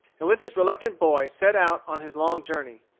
and with his reluctant boy set out on his long journey.